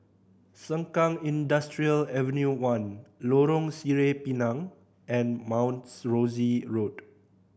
Sengkang Industrial Ave One Lorong Sireh Pinang and Mount Rosie Road